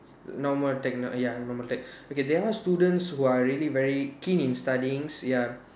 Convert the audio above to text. normal tech ya normal tech okay there are students who are really very keen in studying ya